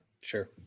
Sure